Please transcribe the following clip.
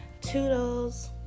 Toodles